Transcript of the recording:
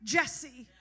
Jesse